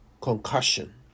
concussion